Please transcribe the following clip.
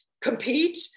compete